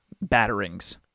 batterings